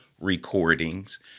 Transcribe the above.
recordings